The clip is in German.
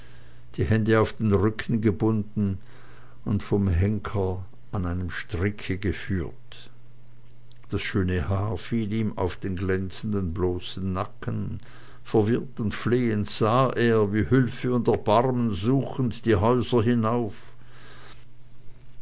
die hände auf den rücken gebunden und vom henker an einem stricke geführt das schöne haar fiel ihm auf den glänzenden bloßen nacken verwirrt und flehend sah er wie hilfe und erbarmen suchend an die häuser hinauf